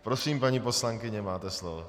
Prosím, paní poslankyně, máte slovo.